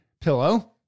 pillow